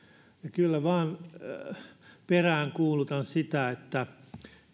kyllä vain peräänkuulutan sitä että